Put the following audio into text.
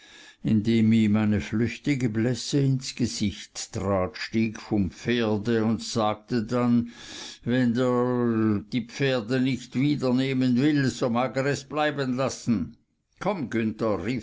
indem ihm eine flüchtige blässe ins gesicht trat stieg vom pferde und sagte wenn der h a die pferde nicht wiedernehmen will so mag er es bleibenlassen komm günther